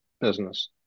business